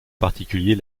particulier